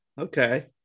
Okay